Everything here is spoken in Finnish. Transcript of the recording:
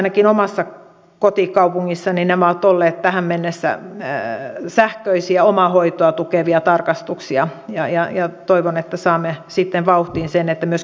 ainakin omassa kotikaupungissani nämä ovat olleet tähän mennessä sähköisiä omahoitoa tukevia tarkastuksia ja toivon että saamme sitten vauhtiin sen että myöskin ihminen kohtaisi omaishoitajan